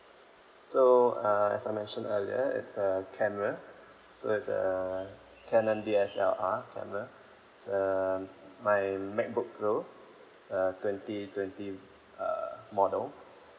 so uh as I mentioned earlier it's a camera so it's a canon D_S_L_R canon it's um my macbook pro uh twenty twenty uh model